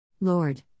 Lord